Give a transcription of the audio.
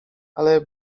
ale